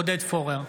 עודד פורר,